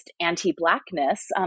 anti-Blackness